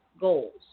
goals